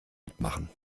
mitmachen